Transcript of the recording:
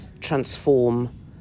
transform